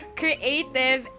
creative